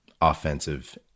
offensive